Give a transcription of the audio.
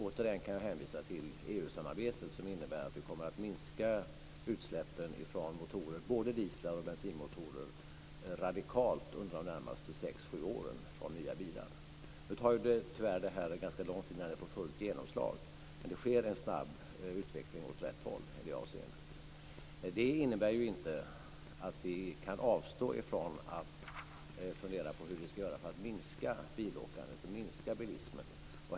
Återigen kan jag hänvisa till EU-samarbetet, som innebär att vi kommer att minska utsläppen radikalt från nya bilar med både diesel och bensinmotorer under de närmaste sex sju åren. Tyvärr tar det ganska lång tid innan detta får fullt genomslag, men det sker en snabb utveckling åt rätt håll i det avseendet. Det innebär ju inte att vi kan avstå från att fundera på hur vi skall göra för att minska bilåkandet och bilismen.